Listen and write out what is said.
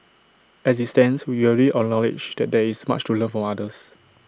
as IT stands we already acknowledge that there is much to learn from others